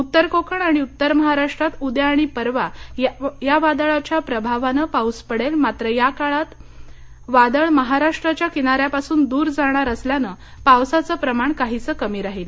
उत्तर कोकण आणि उत्तर महाराष्ट्रात उद्या आणि परवा या वादळाच्या प्रभावानं पाऊस पडेल मात्र या काळात वादळ महाराष्ट्राच्या किनाऱ्यापासून दूर जाणार असल्यानं पावसाचं प्रमाण काहीसं कमी राहील